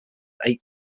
eight